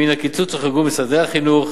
מן הקיצוץ הוחרגו משרדי החינוך,